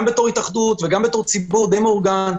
גם בתור התאחדות וגם בתור ציבור די מאורגן,